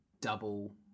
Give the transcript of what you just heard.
double